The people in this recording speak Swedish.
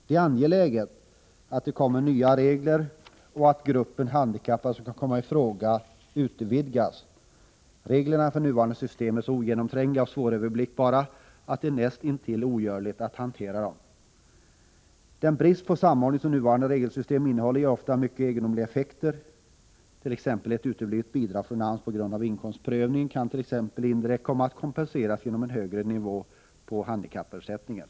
Det är angeläget att vi får nya regler och att den grupp handikappade utvidgas som kan komma i fråga. Reglerna för nuvarande system är så ogenomträngliga och svåröverblickbara att det är nästintill ogörligt att hantera dem. Den brist på samordning som nuvarande regelsystem uppvisar ger ofta mycket egendomliga effekter. Ett uteblivet bidrag från AMS på grund av inkomstprövningen kan t.ex. indirekt komma att kompenseras genom en högre nivå beträffande handikappersättningen.